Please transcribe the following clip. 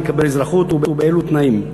מי יקבל אזרחות ובאילו תנאים.